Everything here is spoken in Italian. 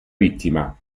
vittima